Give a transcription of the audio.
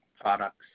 products